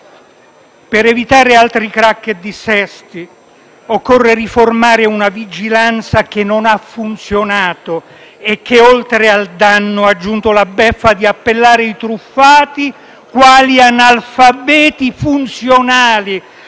Per evitare altri crac e dissesti occorre riformare una vigilanza che non ha funzionato e che, oltre al danno, ha aggiunto la beffa di appellare i truffati quali "analfabeti funzionali"